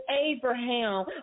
Abraham